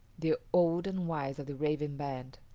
the old and wise of the raven band.